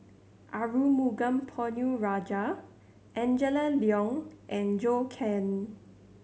Arumugam Ponnu Rajah Angela Liong and Zhou Can